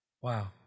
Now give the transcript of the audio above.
Wow